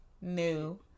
new